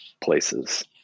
places